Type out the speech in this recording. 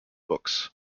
books